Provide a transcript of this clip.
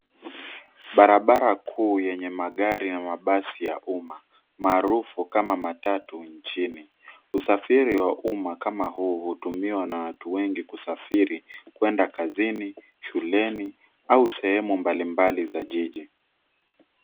Barabara kuu yenye magari na mabasi ya umma, maarufu kama matatu nchini. Usafiri wa umma kama huu hutumiwa na watu wengi kusafiri kwenda kazini, shuleni, au sehemu mbalimbali za jiji.